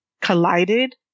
collided